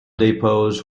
depots